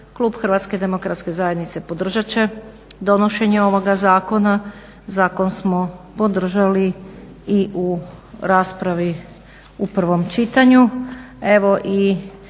za mladež klub HDZ-a podržat će donošenje ovoga zakona. Zakon smo podržali i u raspravi u prvom čitanju.